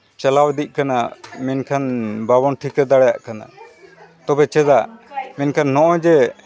ᱪᱟᱞᱟᱣ ᱤᱫᱤᱜ ᱠᱟᱱᱟ ᱢᱮᱱᱠᱷᱟᱱ ᱵᱟᱵᱚᱱ ᱴᱷᱤᱠᱟᱹ ᱫᱟᱲᱮᱭᱟᱜ ᱠᱟᱱᱟ ᱛᱚᱵᱮ ᱪᱮᱫᱟᱜ ᱢᱮᱱᱠᱷᱟᱱ ᱱᱚᱜᱼᱚᱸᱭ ᱡᱮ